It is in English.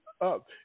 up